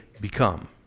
become